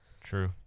True